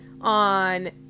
on